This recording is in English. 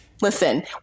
Listen